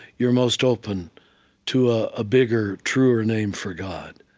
you're most open to a ah bigger, truer name for god.